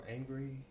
angry